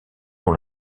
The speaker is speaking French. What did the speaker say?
nom